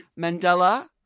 Mandela